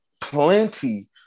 plenty